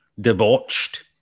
debauched